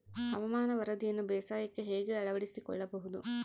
ಹವಾಮಾನದ ವರದಿಯನ್ನು ಬೇಸಾಯಕ್ಕೆ ಹೇಗೆ ಅಳವಡಿಸಿಕೊಳ್ಳಬಹುದು?